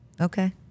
Okay